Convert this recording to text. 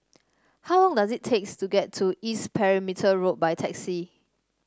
how long does it takes to get to East Perimeter Road by taxi